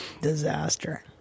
Disaster